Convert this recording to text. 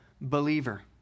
Believer